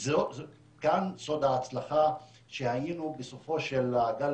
כאן סוד ההצלחה שהיינו בסופו של הגל